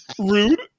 rude